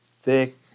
thick